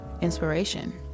inspiration